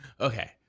Okay